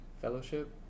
fellowship